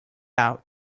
out